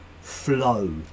flow